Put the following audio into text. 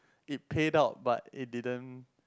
it paid out but it didn't